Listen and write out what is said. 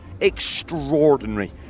extraordinary